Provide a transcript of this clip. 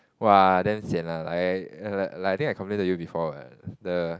!whoa! damn sian lah like like I think I complain to you before what the